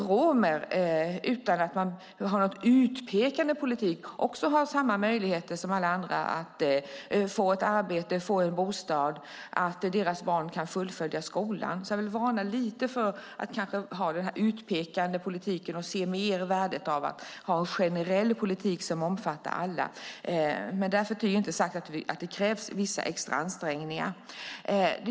Romerna ska, utan utpekande politik, ha samma möjligheter som andra att få arbete och bostad, och deras barn ska ha samma möjlighet att fullfölja skolan. Jag vill varna lite för den utpekande politiken. I stället bör man se värdet av att ha en generell politik som omfattar alla. Dock kan det krävas extra ansträngningar.